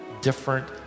different